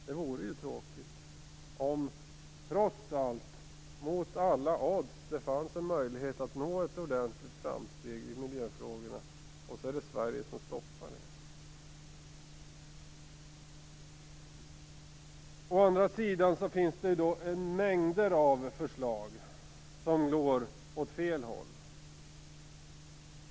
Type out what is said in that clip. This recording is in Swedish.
Det vore ju tråkigt om Sverige stoppade en möjlighet att mot alla odds nå ett ordentligt framsteg i miljöfrågorna. Å andra sidan finns det mängder av förslag som går åt fel håll.